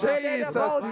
Jesus